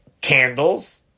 candles